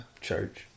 Church